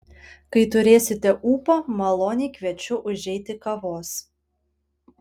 kai turėsite ūpo maloniai kviečiu užeiti kavos